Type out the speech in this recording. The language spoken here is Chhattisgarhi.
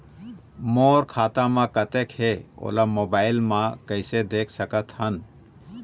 मोर खाता म कतेक हे ओला मोबाइल म कइसे देख सकत हन?